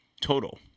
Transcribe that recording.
total